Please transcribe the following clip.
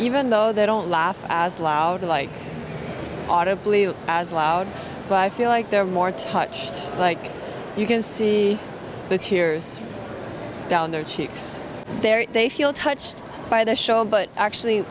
even though they don't laugh as loud audibly as loud but i feel like they're more touched like you can see the tears down their cheeks their they feel touched by the show but actually